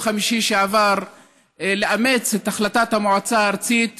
חמישי שעבר לאמץ את החלטת המועצה הארצית